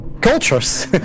cultures